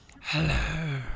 hello